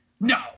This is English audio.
no